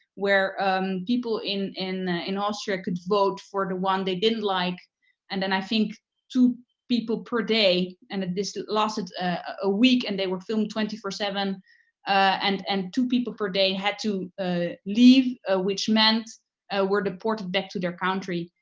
where people in in austria could vote for the one they didn't like and then i think two people per day, and and this lasted a week and they were filmed twenty four seven and and two people per day had to ah leave ah which meant ah were deported back to their country.